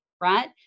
right